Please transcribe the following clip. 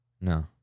no